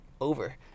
over